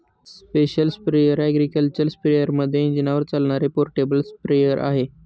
special sprayer agriculture स्पेअरमध्ये इंजिनावर चालणारे पोर्टेबल स्प्रेअर आहे